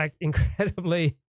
incredibly